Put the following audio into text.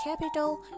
capital